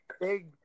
big